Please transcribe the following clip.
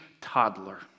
toddler